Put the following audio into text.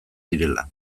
direla